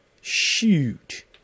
Shoot